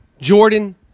Jordan